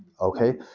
Okay